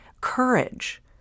courage